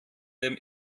dem